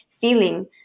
feeling